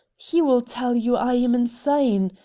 he will tell you i am insane.